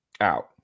out